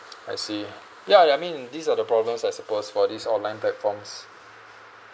I see ya ya mean these are the problems I suppose for this online platforms